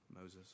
Moses